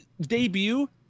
debut